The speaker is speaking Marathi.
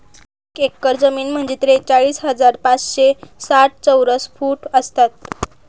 एक एकर जमीन म्हणजे त्रेचाळीस हजार पाचशे साठ चौरस फूट असतात